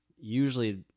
Usually